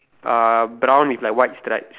uh brown with like white stripes